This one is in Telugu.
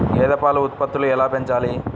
గేదె పాల ఉత్పత్తులు ఎలా పెంచాలి?